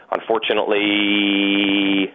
Unfortunately